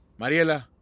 Mariela